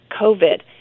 COVID